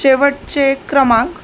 शेवटचे क्रमांक